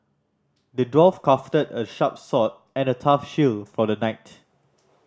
the dwarf crafted a sharp sword and a tough shield for the knight